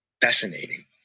fascinating